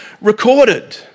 recorded